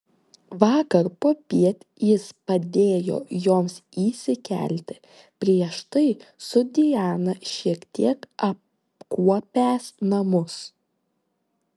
vakar popiet jis padėjo joms įsikelti prieš tai su diana šiek tiek apkuopęs namus